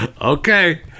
Okay